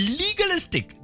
legalistic